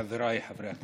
חבריי חברי הכנסת,